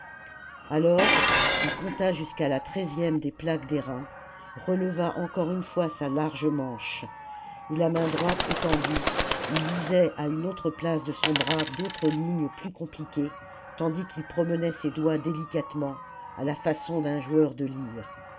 alors il compta jusqu'à la treizième des plaques d'airain releva encore une fois sa large manche et la main droite étendue il lisait à une autre place de son bras d'autres lignes plus compliquées tandis qu'il promenait ses doigts délicatement à la façon d'un joueur de lyre